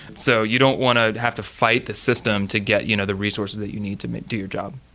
so you don't want to have to fight the system to get you know the resources that you need to do your job